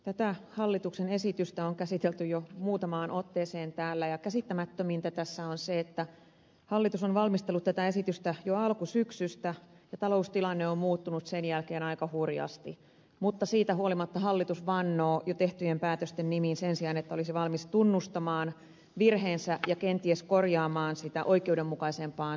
tätä hallituksen esitystä on käsitelty jo muutamaan otteeseen täällä ja käsittämättömintä tässä on se että hallitus on valmistellut tätä esitystä jo alkusyksystä ja taloustilanne on muuttunut sen jälkeen aika hurjasti mutta siitä huolimatta hallitus vannoo jo tehtyjen päätösten nimiin sen sijaan että olisi valmis tunnustamaan virheensä ja kenties korjaamaan sitä oikeudenmukaisempaan suuntaan